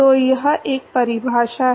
तो यह एक परिभाषा है